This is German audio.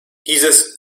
dieses